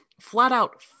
flat-out